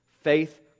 Faith